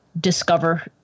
discover